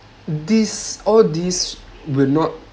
these all these will not